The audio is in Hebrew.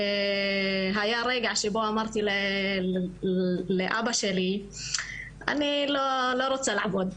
היה רגע שבו אמרתי לאבא שלי אני לא רוצה לעבוד,